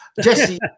Jesse